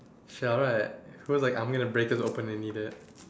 shell right I was like I'm going to break this open and eat it